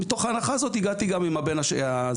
מתוך ההנחה הזאת הגעתי גם עם הבן הזה,